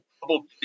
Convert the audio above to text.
double